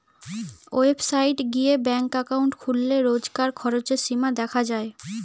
website গিয়ে bank account খুললে রোজকার খরচের সীমা দেখা যায়